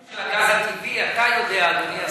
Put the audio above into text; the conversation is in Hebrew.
לפי, של הגז הטבעי, אתה יודע, אדוני השר,